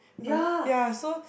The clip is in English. then ya so